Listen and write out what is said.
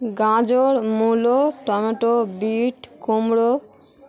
গাজর মূলো tomato beet কুমড়ো